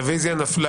הרביזיה נדחתה.